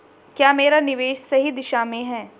क्या मेरा निवेश सही दिशा में है?